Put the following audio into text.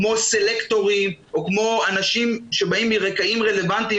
כמו סלקטורים או כמו אנשים שבאים מרקעים רלוונטיים